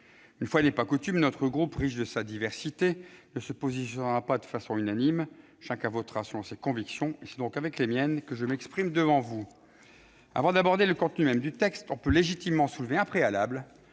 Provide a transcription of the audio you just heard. Une fois n'est pas coutume, notre groupe, riche de sa diversité, ne se positionnera pas de façon unanime. Chacun votera selon ses convictions, et c'est avec les miennes que je m'exprime devant vous. Avant d'aborder le contenu même du texte, on peut légitimement soulever un préalable